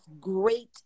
great